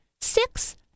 six